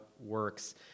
works